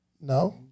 no